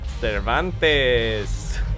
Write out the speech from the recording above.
Cervantes